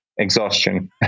exhaustion